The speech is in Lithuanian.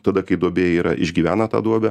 tada kai duobė yra išgyvena tą duobę